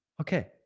okay